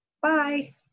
Bye